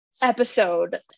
Episode